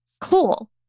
Cool